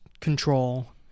control